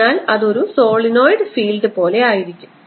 അതിനാൽ അത് ഒരു സോളിനോയിഡ് ഫീൽഡ് പോലെ ആയിരിക്കും